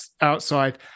outside